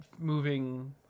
moving